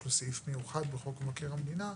יש לו סעיף מיוחד בחוק מבקר המדינה,